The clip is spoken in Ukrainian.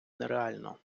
нереально